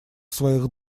своих